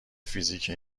فیزیک